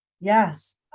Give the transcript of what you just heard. Yes